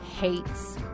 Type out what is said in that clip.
hates